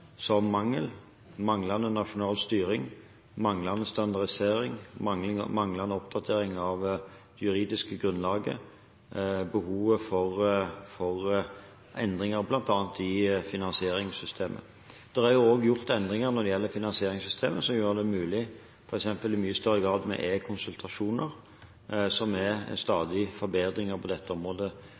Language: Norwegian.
som mangler: manglende nasjonal styring, manglende standardisering, manglende oppdatering av det juridiske grunnlaget og behovet for endringer i bl.a. finansieringssystemet. Det er gjort endringer når det gjelder finansieringssystemet, som i mye større grad gjør det mulig med e-konsultasjoner. Så det er stadig forbedringer på dette området.